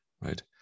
right